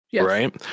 right